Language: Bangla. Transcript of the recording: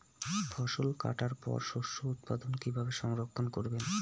ফসল কাটার পর শস্য উৎপাদন কিভাবে সংরক্ষণ করবেন?